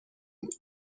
بود